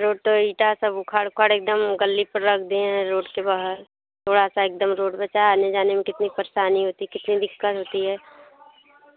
road तो ईटा सब उखाड़ उखाड़ एकदम गली पे रख दिए हैं रोड के बाहर थोड़ा सा एकदम रोड बचा है आने जाने में कितनी परेशानी होती है कितनी दिक्कत होती है